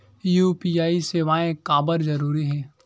UPI सेवाएं काबर जरूरी हे?